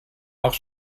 auch